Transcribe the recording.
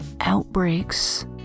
outbreaks